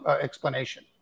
explanation